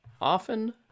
often